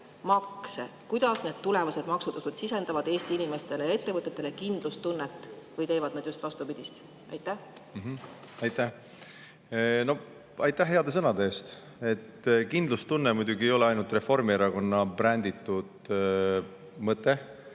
Kuidas need tulevased maksutõusud sisendavad Eesti inimestele ja ettevõtetele kindlustunnet? Või teevad nad just vastupidist? Aitäh heade sõnade eest! Kindlustunne ei ole muidugi ainult Reformierakonna bränditud mõte,